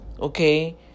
Okay